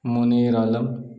Munir Alam